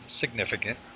significant